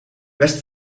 west